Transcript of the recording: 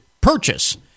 purchase